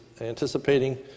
anticipating